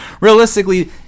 realistically